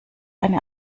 eine